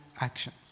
action